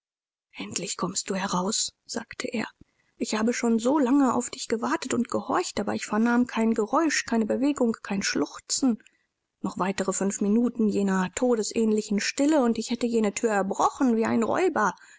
endlich kommst du heraus sagte er ich habe schon so lange auf dich gewartet und gehorcht aber ich vernahm kein geräusch keine bewegung kein schluchzen noch weitere fünf minuten jener todesähnlichen stille und ich hätte jene thür erbrochen wie ein räuber